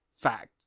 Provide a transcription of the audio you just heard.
fact